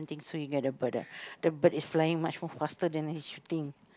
don't think so you get the bird ah the bird is flying much more faster than his shooting